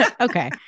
Okay